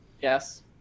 Yes